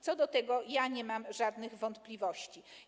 Co do tego nie mam żadnych wątpliwości.